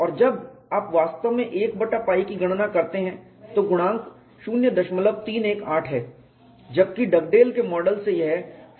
और जब आप वास्तव में 1 बटा π की गणना करते हैं तो गुणांक 0318 है जबकि डगडेल के मॉडल से यह 0393 है